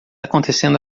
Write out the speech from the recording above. acontecendo